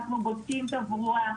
אנחנו בודקים תברואה,